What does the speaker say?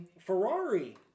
Ferrari